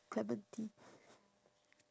clementi